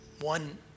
one